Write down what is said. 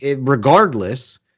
regardless